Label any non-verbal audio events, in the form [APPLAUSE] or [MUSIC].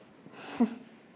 [LAUGHS]